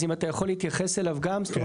אז אם אתה יכול להתייחס אליו גם.